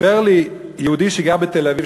סיפר לי יהודי שגר בתל-אביב,